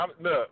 Look